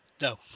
No